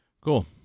Cool